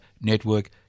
Network